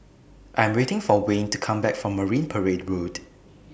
I'm waiting For Wayne to Come Back from Marine Parade Road